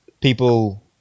people